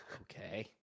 Okay